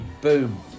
Boom